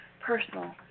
personal